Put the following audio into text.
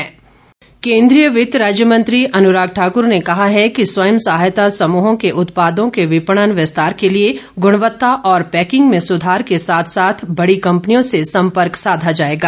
अनुराग ठाकुर केंद्रीय वित्त राज्य मंत्री अनुराग ठाक्र ने कहा है कि स्वयं सहायता समूहों के उत्पादों के विपणन विस्तार के लिए गुणवत्ता और पैकिंग में सुधार के साथ साथ बड़ी कम्पनियों से सम्पर्क साधा जाएगा